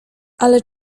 ale